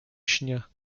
śnie